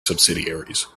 subsidiaries